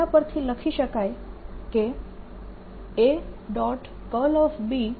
છે જેના પરથી લખી શકાય કે A